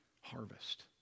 harvest